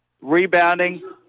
Rebounding